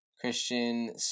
Christian